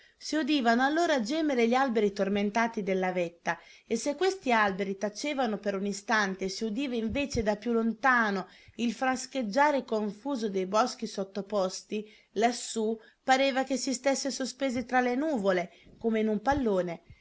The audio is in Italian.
si udivano allora gemere gli alberi tormentati della vetta e se questi alberi tacevano per un istante e si udiva invece da più lontano il frascheggiare confuso dei boschi sottoposti lassù pareva si stesse sospesi tra le nuvole come in un pallone